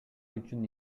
үчүн